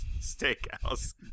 Steakhouse